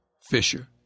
Fisher